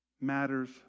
matters